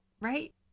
Right